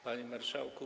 Panie Marszałku!